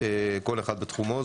החקלאות, כל אחד בתחומו.